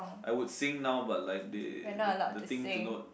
I would sing now but like the the things do not